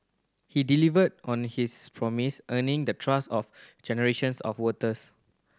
he delivered on his promise earning the trust of generations of voters